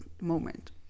moment